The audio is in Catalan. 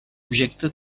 objecte